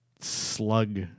slug